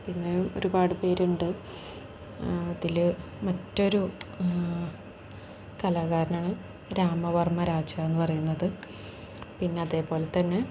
പിന്നെ ഒരുപാട് പേരുണ്ട് അതിൽ മറ്റൊരു കലാകാരനാണ് രാമവർമ്മരാജാ എന്നു പറയുന്നത് പിന്നെ അതേ പോലെ തന്നെ